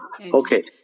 Okay